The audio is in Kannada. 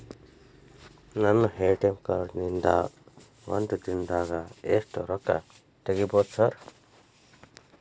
ನನ್ನ ಎ.ಟಿ.ಎಂ ಕಾರ್ಡ್ ನಿಂದಾ ಒಂದ್ ದಿಂದಾಗ ಎಷ್ಟ ರೊಕ್ಕಾ ತೆಗಿಬೋದು ಸಾರ್?